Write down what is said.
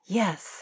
yes